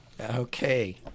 Okay